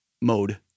mode